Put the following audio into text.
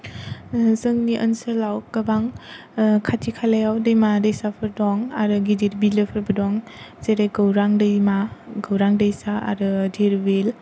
जोंनि ओनसोलाव गोबां खाथि खालायाव दैमा दैसाफोर दं आरो गिदिर बिलोफोरबो दं जेरै गौरां दैमा गौरां दैसा आरो धिर बिल